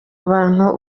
abantu